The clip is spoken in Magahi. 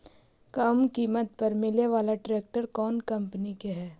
कम किमत पर मिले बाला ट्रैक्टर कौन कंपनी के है?